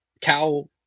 cow